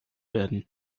werden